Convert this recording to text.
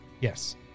Yes